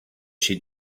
she